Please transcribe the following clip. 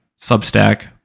substack